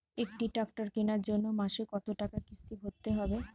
একটি ট্র্যাক্টর কেনার জন্য মাসে কত টাকা কিস্তি ভরতে হবে?